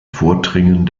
vordringen